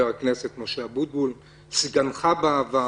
אני חבר הכנסת משה אבוטבול, סגנך בעבר